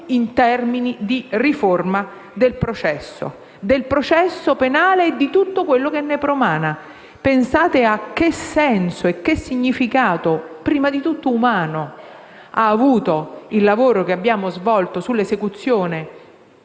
in termini di riforma del processo, in particolare del processo penale e di tutto quello che ne promana. Pensate a che senso e che significato, prima di tutto umano, ha avuto il lavoro che abbiamo svolto sull'esecuzione